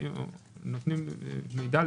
נותנים מידע.